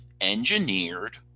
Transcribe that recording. engineered